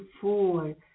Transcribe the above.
four